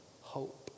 hope